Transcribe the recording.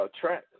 track